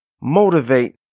motivate